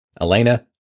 Elena